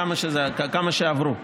כמה שעברו.